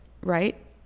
right